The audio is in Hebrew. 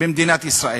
במדינת ישראל,